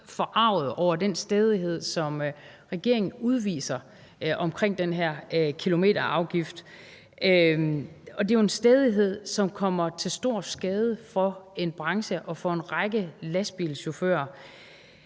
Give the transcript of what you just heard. forarget over den stædighed, som regeringen udviser omkring den her kilometerafgift. Og det er jo en stædighed, som er til stor skade for en branche og for en række lastbilchauffører.